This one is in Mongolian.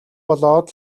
болоод